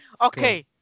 Okay